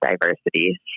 diversity